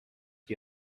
die